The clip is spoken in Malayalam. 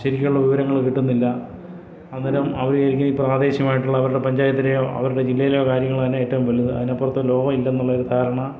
ശരിക്കുള്ള വിവരങ്ങൾ കിട്ടുന്നില്ല അന്നേരം അവർ വിചാരിക്കും ഈ പ്രാദേശികമായിട്ടുള്ള അവരുടെ പഞ്ചായത്തിലെയോ അവരുടെ ജില്ലയിലെയോ കാര്യങ്ങൾ തന്നെ ഏറ്റവും വലുത് അതിനപ്പുറത്ത് ലോകം ഇല്ലെന്നുള്ളൊരു ധാരണ